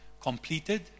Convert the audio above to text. completed